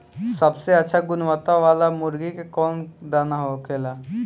सबसे अच्छा गुणवत्ता वाला मुर्गी के कौन दाना होखेला?